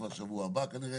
כבר בשבוע הבא כנראה.